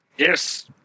Yes